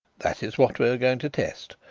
that is what we are going to test.